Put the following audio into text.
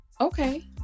Okay